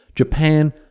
Japan